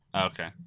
Okay